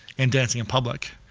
and dancing in public,